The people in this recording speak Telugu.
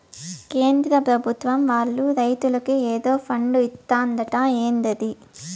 కేంద్ర పెభుత్వం వాళ్ళు రైతులకి ఏదో ఫండు ఇత్తందట ఏందది